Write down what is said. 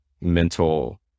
mental